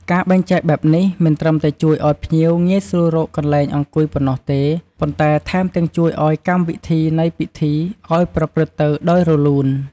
ការបែងចែកបែបនេះ មិនត្រឹមតែជួយឲ្យភ្ញៀវងាយស្រួលរកកន្លែងអង្គុយប៉ុណ្ណោះទេ ប៉ុន្តែថែមទាំងជួយអោយកម្មវិធីនៃពិធីឲ្យប្រព្រឹត្តទៅដោយរលូន ។